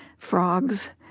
frogs.